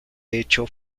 hecho